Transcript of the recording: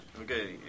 Okay